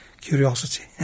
curiosity